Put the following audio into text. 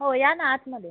हो या ना आतमध्ये या